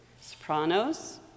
Sopranos